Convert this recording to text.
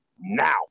now